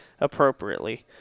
appropriately